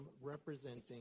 representing